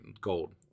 Gold